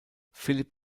philipp